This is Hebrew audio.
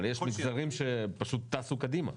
אבל יש מגזרים שפשוט טסו קדימה.